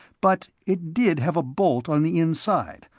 but it did have a bolt on the inside,